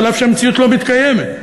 אף שהמציאות לא מתקיימת.